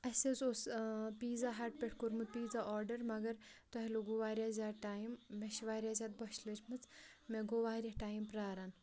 اَسہِ حظ اوس پیٖزا ہَٹ پٮ۪ٹھ کوٚرمُت پیٖزا آرڈر مگر تۄہہِ لوٚگوُ واریاہ زیادٕ ٹایِم مےٚ چھِ واریاہ زیادٕ بۄچھِ لٔجمٕژ مےٚ گوٚو واریاہ ٹایِم پررٛاران